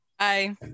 Hi